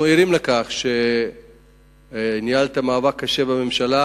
אנחנו ערים לכך שניהלת מאבק קשה בממשלה